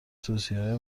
توصیههای